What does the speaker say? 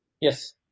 Yes